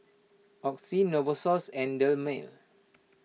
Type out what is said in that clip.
Oxy Novosource and Dermale